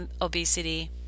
obesity